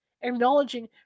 acknowledging